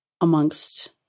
Amongst